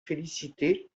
félicité